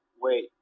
Wait